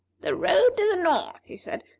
the road to the north, he said,